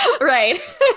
right